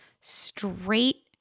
straight